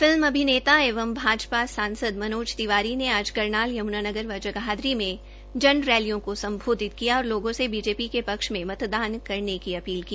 film अभिनेता एवं भाजपा सांसद मनोज तिवारी ने आज करनाल युमुनानगर व जगाधरी मे जन रैलियों को सम्बोधित किया और लोगों से बीजेपी के पक्ष में मतदान करने की अपील की